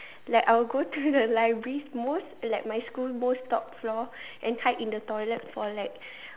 like I will go to the library most like my school's most top floor and hide in the toilet for like